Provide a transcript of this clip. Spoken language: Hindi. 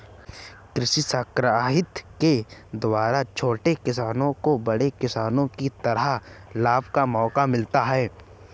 कृषि सहकारिता के द्वारा छोटे किसानों को बड़े किसानों की तरह लाभ का मौका मिलता है